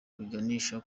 biganisha